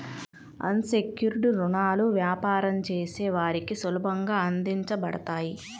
అన్ secured రుణాలు వ్యాపారం చేసే వారికి సులభంగా అందించబడతాయి